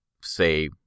say